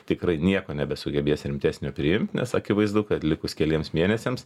tikrai nieko nebesugebės rimtesnio priimt nes akivaizdu kad likus keliems mėnesiams